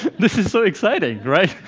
this is so exciting right?